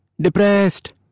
depressed